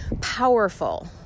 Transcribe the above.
powerful